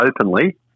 openly